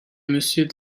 monsieur